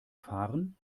fahren